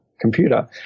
computer